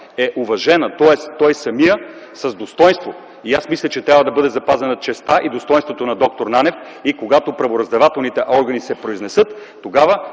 е уважена, тоест той самият е с достойнство. И аз мисля, че трябва да бъде запазена честта и достойнството на д-р Нанев. И когато правораздавателните органи се произнесат, тогава